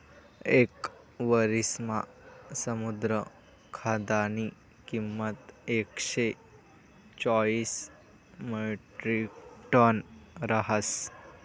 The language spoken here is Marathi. येक वरिसमा समुद्र खाद्यनी किंमत एकशे चाईस म्याट्रिकटन रहास